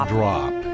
drop